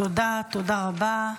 תודה, תודה רבה.